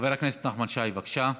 חבר הכנסת נחמן שי, בבקשה.